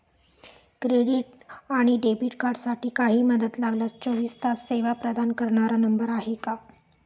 Credit आणि debit कार्डसाठी काही मदत लागल्यास चोवीस तास सेवा प्रदान करणारा नंबर आहे का?